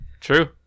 True